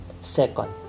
Second